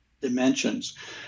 dimensions